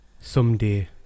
Someday